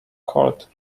called